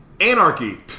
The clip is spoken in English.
anarchy